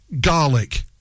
Garlic